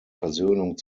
versöhnung